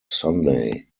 sunday